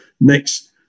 next